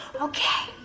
Okay